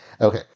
Okay